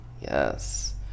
Yes